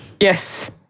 Yes